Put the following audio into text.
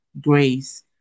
grace